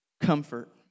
comfort